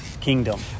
kingdom